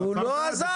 הוא לא עזר.